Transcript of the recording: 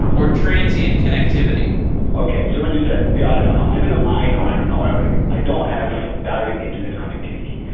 or transient connectivity okay. so when you say yeah i don't know. i mean, a mine or in an oil rig. i don't have direct internet connectivity.